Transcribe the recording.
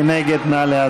מי נגד?